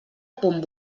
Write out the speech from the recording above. punt